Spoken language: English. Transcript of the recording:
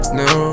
no